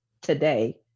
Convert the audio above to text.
today